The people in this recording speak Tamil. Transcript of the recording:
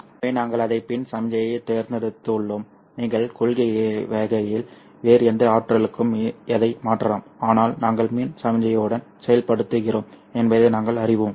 எனவே நாங்கள் அதை மின் சமிக்ஞைக்குத் தேர்ந்தெடுத்துள்ளோம் நீங்கள் கொள்கையளவில் வேறு எந்த ஆற்றலுக்கும் அதை மாற்றலாம் ஆனால் நாங்கள் மின் சமிக்ஞையுடன் செயல்படுகிறோம் என்பதை நாங்கள் அறிவோம்